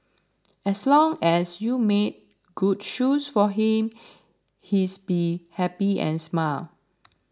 as long as you made good shoes for him he's be happy and smile